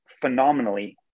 phenomenally